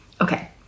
okay